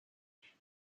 vue